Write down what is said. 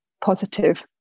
positive